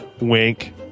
wink